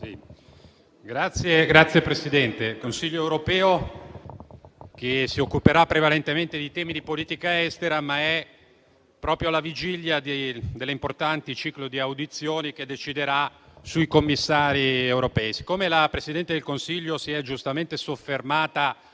Signor Presidente, il Consiglio europeo si occuperà prevalentemente di temi di politica estera, ma è proprio alla vigilia dell'importante ciclo di audizioni che deciderà sui Commissari europei. Siccome la Presidente del Consiglio si è giustamente soffermata